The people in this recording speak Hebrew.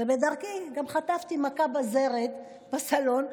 ובדרכי גם חטפתי מכה בזרת בסלון,